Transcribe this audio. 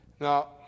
Now